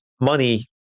money